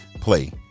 play